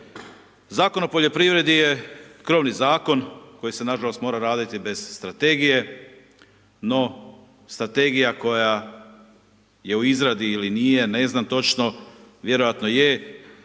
Zakon o poljoprivredi je krovni zakon koji se nažalost mora raditi bez strategije no strategija koja je u izradi ili nije, ne znam točno, vjerojatno je,